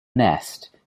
nest